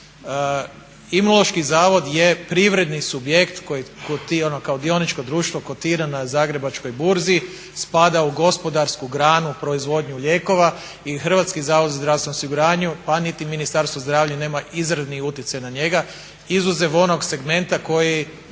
Imunološki zavod je privredni subjekt koji … kao dioničko društvo kotira na zagrebačkoj burzi, spada u gospodarsku granu proizvodnju lijekova i HZZO pa niti Ministarstvo zdravlja nema izravni utjecaj na njega, izuzev onog segmenta koji